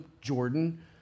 Jordan